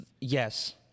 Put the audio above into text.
Yes